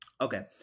Okay